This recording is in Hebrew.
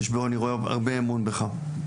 אני רואה הרבה אמון בך.